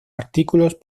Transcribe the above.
artículos